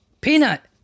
Peanut